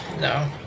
no